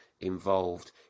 involved